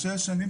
לפני 6-7 שנים,